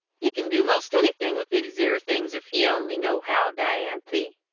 ye can do most anythin with these ere things if ye only know how, dianthy.